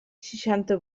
seixanta